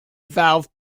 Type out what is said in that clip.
valve